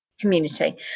community